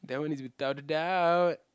that one is without a doubt